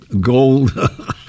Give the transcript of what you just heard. gold